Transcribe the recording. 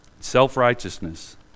self-righteousness